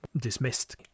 dismissed